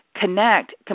Connect